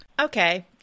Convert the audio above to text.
Okay